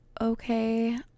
okay